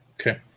Okay